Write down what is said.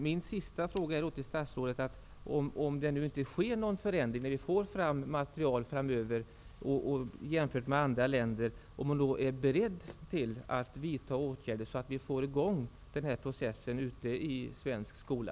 Min sista fråga till statsrådet är: Om det nu inte sker någon förändring jämfört med andra länder, enligt det material vi får framöver, är då statsrådet beredd att vidta åtgärder så att vi får i gång denna process i svensk skola?